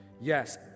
Yes